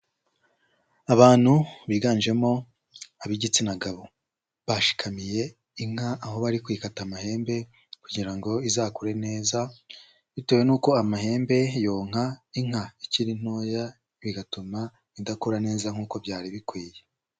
Abantu biganjemo ab'igitsina gabo bashikamiye inka aho bari kwikata amahembe kugira ngo izakure neza, bitewe n'uko amahembe yonka inka ikiri ntoya, bigatuma idakura neza nkuko byari bikwiye.